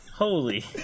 Holy